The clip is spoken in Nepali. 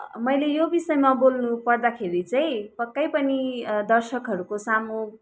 मैले यो विषयमा बोल्नु पर्दाखेरि चाहिँ पक्कै पनि दर्शकहरूको सामु